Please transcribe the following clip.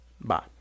bye